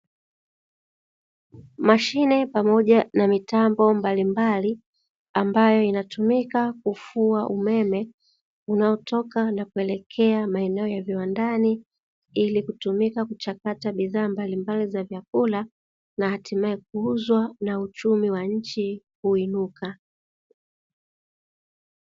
Mashine pamoja na mitambo mbalimbali ambayo inatumika kufua umeme unao toka na kuelekea maeneo ya viwandani, ili kutumika kuchakata bidhaa mbalimbali za vyakula na hatimaye kuuzwa na uchumi wa nchi kuinuka.